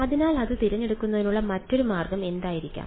അതിനാൽ അത് തിരഞ്ഞെടുക്കുന്നതിനുള്ള മറ്റൊരു മാർഗം എന്തായിരിക്കാം